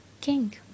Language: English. king